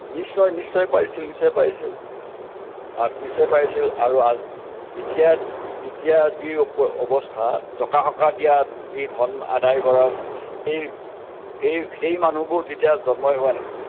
নিশ্চয় নিশ্চয় পাইছিল নিশ্চয় পাইছিল নিশ্চয় পাইছিল আৰু এতিয়া এতিয়া যি অৱ অৱস্থা দকা হকা দিয়া দি ধন আদায় কৰা সেই সেই সেই মানুহবোৰ তেতিয়া জন্মই হোৱা নাছিল